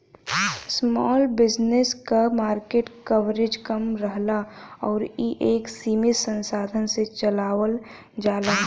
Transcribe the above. small business क market coverage कम रहला आउर इ एक सीमित संसाधन से चलावल जाला